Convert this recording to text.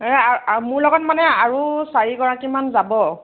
অঁ মোৰ লগত মানে আৰু চাৰিগৰাকীমান যাব